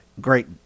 Great